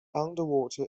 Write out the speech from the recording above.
underwater